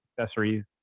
accessories